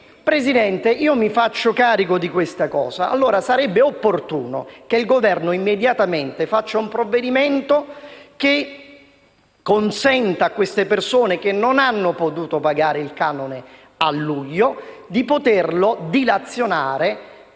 Presidente, io mi faccio carico di questo. Sarebbe opportuno che il Governo varasse immediatamente un provvedimento che consenta a queste persone che non hanno potuto pagare il canone a luglio di poterlo dilazionare